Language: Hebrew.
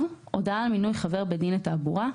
(ו)הודעה על מינוי חבר בית דין לתעבורה,